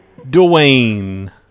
Dwayne